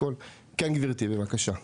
גברתי, בבקשה.